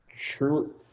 true